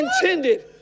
intended